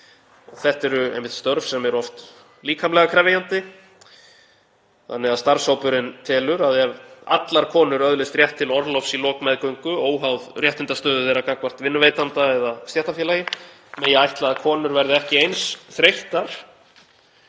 Þetta eru einmitt störf sem eru oft líkamlega krefjandi. Starfshópurinn telur að ef allar konur öðlist rétt til orlofs í lok meðgöngu, óháð réttindastöðu þeirra gagnvart vinnuveitanda eða stéttarfélagi, megi ætla að konur verði ekki eins þreyttar